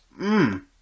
Mmm